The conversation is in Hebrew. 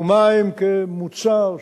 ומים כמוצר,